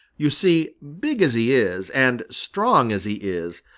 you see, big as he is and strong as he is,